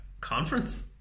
conference